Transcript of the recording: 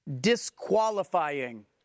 disqualifying